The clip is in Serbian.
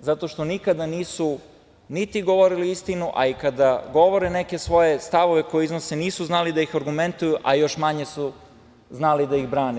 zato što nikada nisu niti govorili istinu, a i kada govore neke svoje stavove koje iznose nisu znali da ih argumentuju, a još manje su znali da ih brane.